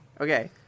Okay